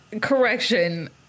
Correction